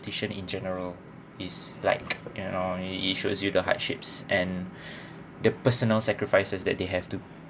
politician in general is like you know it issued you to hardships and the personal sacrifices that they have to